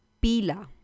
Pila